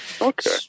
okay